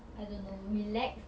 I don't know relax